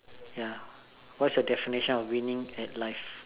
ya what is your definition of winning at life